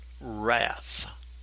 wrath